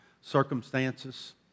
circumstances